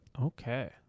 Okay